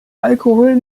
alkohol